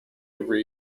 every